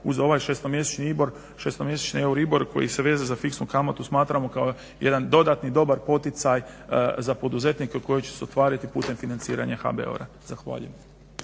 …/Govornik se ne razumije/… koji se vezuje za fiksnu kamatu smatramo kao jedan dodatno dobar poticaj za poduzetnike koji će se ostvariti putem financiranja HBOR-a. Zahvaljujem.